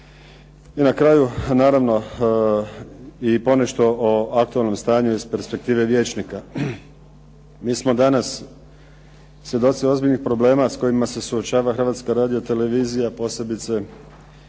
I na kraju, naravno i ponešto o aktualnom stanju iz perspektive vijećnika. Mi smo danas svjedoci ozbiljnih problema s kojima se suočava Hrvatska radio-televizija, posebice